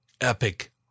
epic